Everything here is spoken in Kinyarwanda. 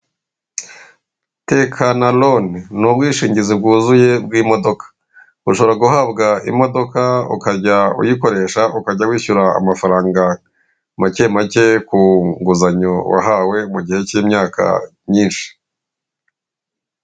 Tekana loni ni ubwishingizi bwuzuye bw'imodoka. Ushobora guhabwa imodoka ukajya uyikoresha ukajya wishyura amafaranga make make, ku nguzanyo wahawe mu gihe cy'imyaka myinshi.